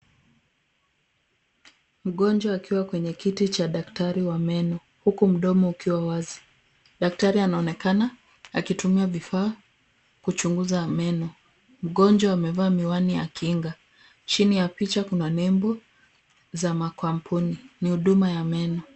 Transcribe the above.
Mgonjwa akiwa kwenye kiti cha daktari wa meno huku mdomo ukiwa wazi. Daktari anaonekana akitumia vifaa kuchunguza meno. Mgonjwa amevaa miwani ya kinga. Chini ya picha kuna nembo za makampuni. Ni huduma ya meno.